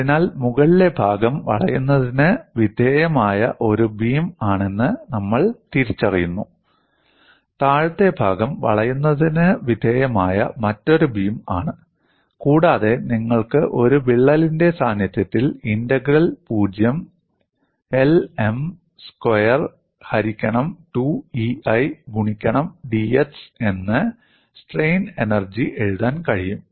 അതിനാൽ മുകളിലെ ഭാഗം വളയുന്നതിന് വിധേയമായ ഒരു ബീം ആണെന്ന് നമ്മൾ തിരിച്ചറിയുന്നു താഴത്തെ ഭാഗം വളയുന്നതിന് വിധേയമായ മറ്റൊരു ബീം ആണ് കൂടാതെ നിങ്ങൾക്ക് ഒരു വിള്ളലിന്റെ സാന്നിധ്യത്തിൽ ഇന്റഗ്രൽ 0 L M സ്ക്വയർ ഹരിക്കണം 2EI ഗുണിക്കണം dx എന്ന് സ്ട്രെയിൻ എനർജി എഴുതാൻ കഴിയും